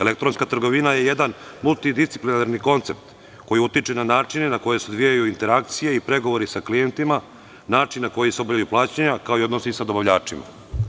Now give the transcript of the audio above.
Elektronska trgovina je jedan multidisciplinarni koncept koji utiče na načine na koji se odvijaju interakcije i pregovori sa klijentima, načine na koji se obavljaju plaćanja, kao i odnosi sa dobavljačima.